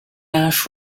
ash